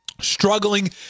Struggling